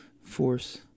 force